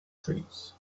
trees